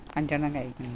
അഞ്ചെണ്ണം ഒക്കെ ആയിക്കിണ്